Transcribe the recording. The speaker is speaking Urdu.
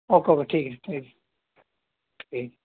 اوکے اوکے ٹھیک ہے ٹھیک ہے ٹھیک